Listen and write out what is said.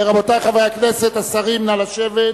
רבותי חברי הכנסת, השרים, נא לשבת.